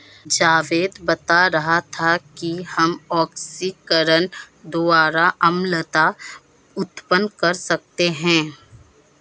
जावेद बता रहा था कि हम ऑक्सीकरण द्वारा अम्लता उत्पन्न कर सकते हैं